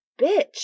Bitch